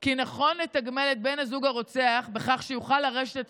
כי נכון לתגמל את בן הזוג הרוצח בכך שיוכל לרשת